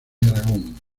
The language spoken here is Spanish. aragón